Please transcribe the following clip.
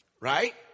Right